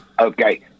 Okay